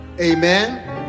Amen